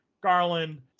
Garland